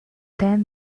then